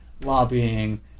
lobbying